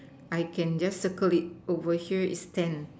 I can just circle it over here is ten